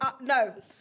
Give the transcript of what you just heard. no